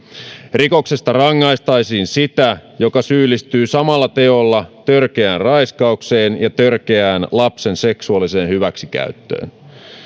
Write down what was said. rikoksesta rangaistaisiin sitä joka syyllistyy samalla teolla törkeään raiskaukseen ja törkeään lapsen seksuaaliseen hyväksikäyttöön